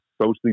socially